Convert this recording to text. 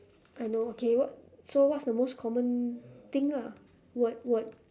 I know okay what so what's the most common thing ah what word